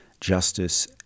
justice